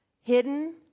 Hidden